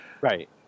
Right